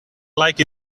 like